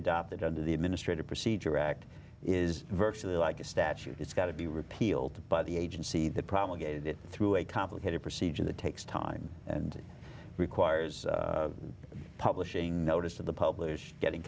adopted under the administrative procedure act is virtually like a statute it's got to be repealed by the agency that probably get it through a complicated procedure that takes time and requires publishing notice of the publish getting